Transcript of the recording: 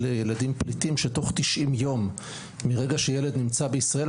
ילדים פליטים שתוך 90 ימים מרגע שילד נמצא בישראל,